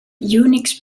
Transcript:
unix